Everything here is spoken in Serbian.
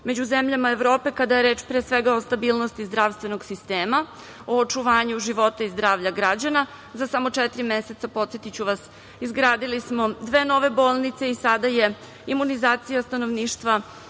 među zemljama Evrope kada je reč pre svega o stabilnosti zdravstvenog sistema o očuvanju života i zdravlja građana.Za samo četiri meseca, podsetiću vas izgradili smo dve nove bolnice i sada je imunizacija stanovništva